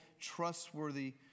trustworthy